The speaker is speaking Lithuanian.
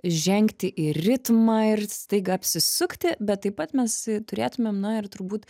žengti į ritmą ir staiga apsisukti bet taip pat mes turėtumėm na ir turbūt